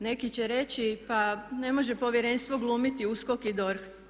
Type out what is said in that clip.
Neki će reći pa ne može Povjerenstvo glumiti USKOK i DORH.